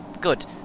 Good